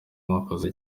mwakoze